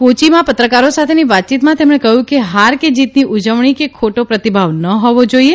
કોચીમાં પત્રકારો સાથેની વાતયીતમાં તેમણે કહ્યુ કે હાર કે જીતની ઉજવણી કે ખોટો પ્રતિભાવ ન હોવો જોઇએ